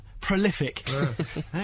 prolific